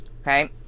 okay